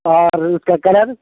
اور اس کا کلر